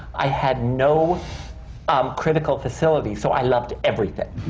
i had no um critical facility, so i loved everything!